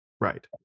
Right